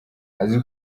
azi